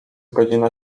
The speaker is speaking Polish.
godzina